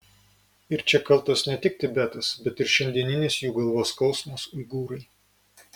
ir čia kaltas ne tik tibetas bet ir šiandieninis jų galvos skausmas uigūrai